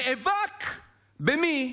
ונאבק במי?